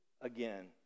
again